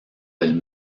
del